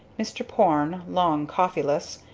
mr. porne, long coffeeless,